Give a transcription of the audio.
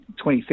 2030